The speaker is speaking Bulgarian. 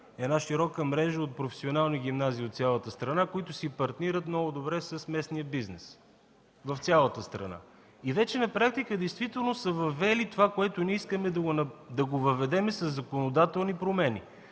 широка мрежа от професионални гимназии от цялата страна, които си партнират много добре с местния бизнес, в цялата страна. Вече на практика действително са въвели това, което ние искаме да въведем със законодателни промени.